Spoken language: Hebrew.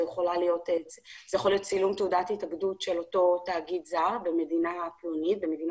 זה יכול להיות צילום תעודת התאגדות של אותו תאגיד זה במדינת היעד,